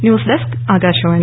news desk Akashvani